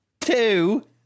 two